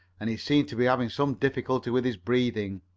and he seemed to be having some difficulty with his breathing.